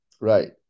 right